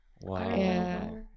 wow